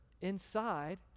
inside